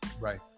Right